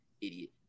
idiot